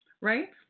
Right